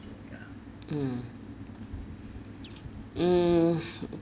mm mm